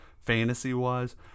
fantasy-wise